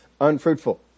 unfruitful